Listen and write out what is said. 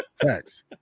facts